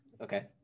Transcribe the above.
Okay